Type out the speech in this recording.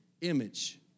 image